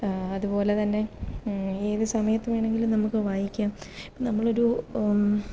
അതുപോലെ തന്നെ ഏത് സമയത്ത് വേണമെങ്കിലും നമുക്ക് വായിക്കാം നമ്മൾ ഒരു